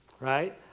right